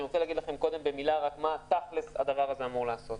לפני כן אני רוצה לומר מה תכלס הדבר הזה אמור לעשות.